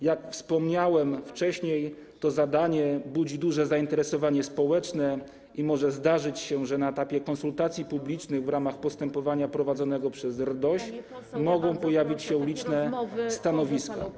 Jak wspomniałem wcześniej, to zadanie budzi duże zainteresowanie społeczne i może się zdarzyć, że na etapie konsultacji publicznych w ramach postępowania prowadzonego przez RDOŚ mogą pojawić się liczne stanowiska.